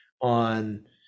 on